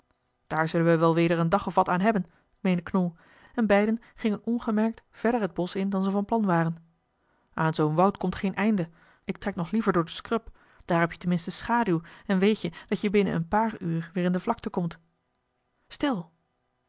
daar zullen we wel weder een dag of wat aan hebben meende knol en beiden gingen ongemerkt verder het bosch in dan ze van plan waren aan zoo'n woud komt geen einde ik trek nog liever door de scrub daar heb je ten minste schaduw en weet je dat je binnen een paar uur weer in de vlakte komt stil